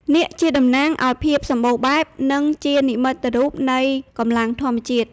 នាគជាតំណាងឱ្យភាពសម្បូរបែប និងជានិមិត្តរូបនៃកម្លាំងធម្មជាតិ។